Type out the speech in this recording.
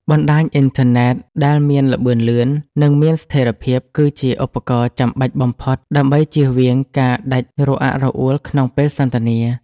បណ្តាញអ៊ីនធឺណិតដែលមានល្បឿនលឿន និងមានស្ថិរភាព គឺជាឧបករណ៍ចាំបាច់បំផុតដើម្បីជៀសវាងការដាច់រអាក់រអួលក្នុងពេលសន្ទនា។